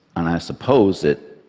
and i suppose that,